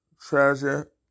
Treasure